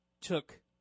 took